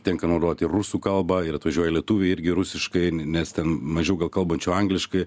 tenka naudot ir rusų kalbą ir atvažiuoja lietuviai irgi rusiškai nes ten mažiau gal kalbančių angliškai